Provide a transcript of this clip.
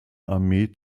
armee